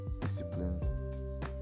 discipline